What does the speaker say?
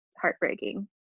heartbreaking